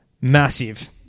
massive